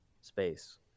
space